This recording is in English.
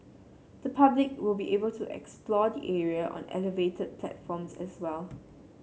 the public will be able to explore the area on elevated platforms as well